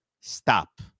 stop